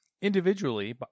Individually